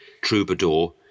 troubadour